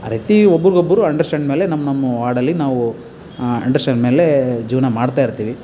ಆ ರೀತಿ ಒಬ್ರಿಗೊಬ್ರು ಅಂಡ್ರ್ಸ್ಟ್ಯಾಂಡ್ಗ್ ಮೇಲೆ ನಮ್ಮ ನಮ್ಮ ವಾರ್ಡಲ್ಲಿ ನಾವು ಅಂಡ್ರ್ಸ್ಟ್ಯಾಂಡ್ಗ್ ಮೇಲೆ ಜೀವನ ಮಾಡ್ತಾಯಿರ್ತೀವಿ